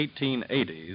1880s